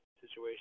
situation